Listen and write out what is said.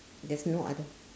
there's no other